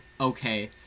okay